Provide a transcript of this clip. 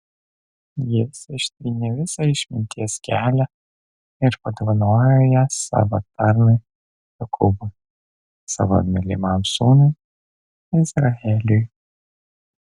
jis ištyrė visą išminties kelią ir padovanojo ją savo tarnui jokūbui savo mylimam sūnui izraeliui